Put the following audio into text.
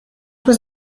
was